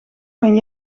van